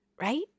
right